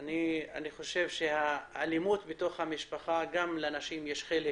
לדעתי באלימות בתוך המשפחה, לנשים יש חלק